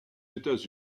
états